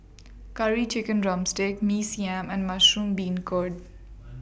Curry Chicken Drumstick Mee Siam and Mushroom Beancurd